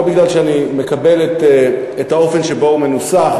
לא משום שאני מקבל את האופן שבו הוא מנוסח,